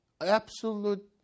absolute